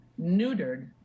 neutered